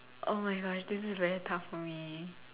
oh my Gosh this is very tough for me